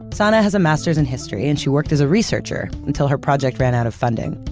sana has a master's in history and she worked as a researcher until her project ran out of funding.